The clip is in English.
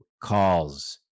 calls